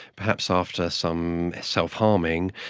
perhaps after some self-harming,